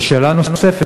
ושאלה נוספת,